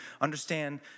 understand